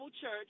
Church